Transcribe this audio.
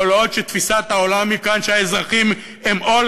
כל עוד תפיסת העולם כאן היא שהאזרחים הם עול